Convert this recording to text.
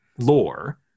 lore